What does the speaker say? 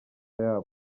yabo